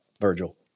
Virgil